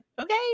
Okay